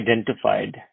identified